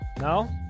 No